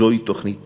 זו תוכנית טובה,